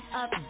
up